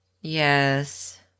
Yes